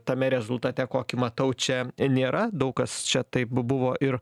tame rezultate kokį matau čia nėra daug kas čia taip buvo ir